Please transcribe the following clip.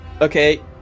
Okay